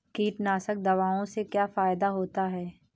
कीटनाशक दवाओं से क्या फायदा होता है?